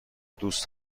دوست